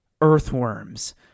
earthworms